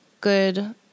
good